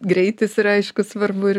greitis yra aišku svarbu ir